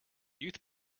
youth